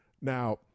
now